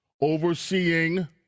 overseeing